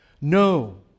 No